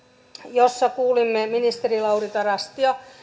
jossa kuulimme ministeri lauri tarastia